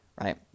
right